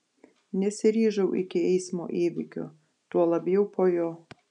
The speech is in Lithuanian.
nesiryžau iki eismo įvykio tuo labiau po jo